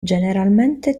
generalmente